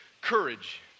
courage